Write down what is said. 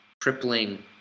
crippling